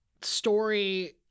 story